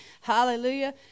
Hallelujah